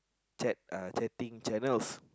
chat uh chatting channels